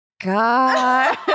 god